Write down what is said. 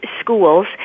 schools